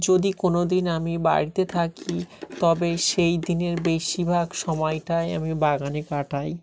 যদি কোনো দিন আমি বাড়িতে থাকি তবে সেই দিনের বেশিরভাগ সময়টাই আমি বাগানে কাটাই